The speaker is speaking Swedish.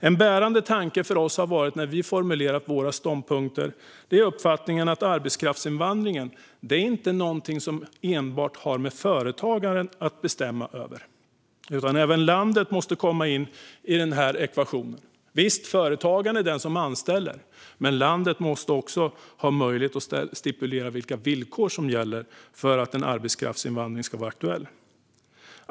En bärande tanke för oss när vi formulerade våra ståndpunkter var uppfattningen att arbetskraftsinvandringen inte är något som enbart företagen har att bestämma över utan att även landet måste komma in i ekvationen. Visst, det är företagen som anställer, men landet måste ha möjlighet att stipulera vilka villkor som ska gälla för att arbetskraftsinvandring ska vara aktuell.